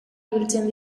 ibiltzen